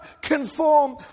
conform